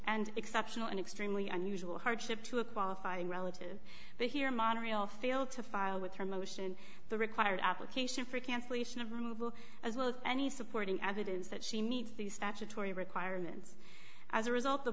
and exceptional and extremely unusual hardship to a qualifying relative but here monorail failed to file with her motion the required application for cancellation of removal as well as any supporting evidence that she meets the statutory requirements as a result the